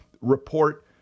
report